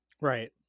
right